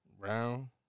Brown